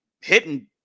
hitting